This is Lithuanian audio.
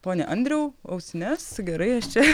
pone andriau ausines gerai aš čia